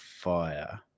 fire